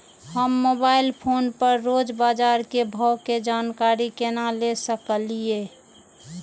हम mobile phone पर रोज बाजार के भाव के जानकारी केना ले सकलिये?